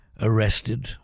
arrested